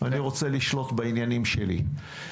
אני רוצה לשלוט בעניינים שלי.